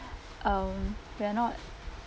um we are not